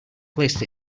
placed